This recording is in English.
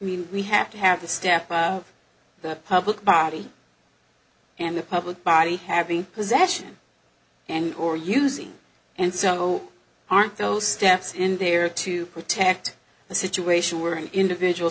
mean we have to have the staff of the public body and the public body having possession and or using and so aren't those steps in there to protect the situation where an individual